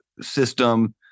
system